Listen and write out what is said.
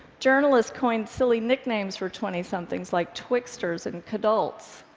journalists coin silly nicknames for twentysomethings like twixters and kidults.